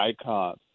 icons